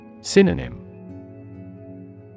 Synonym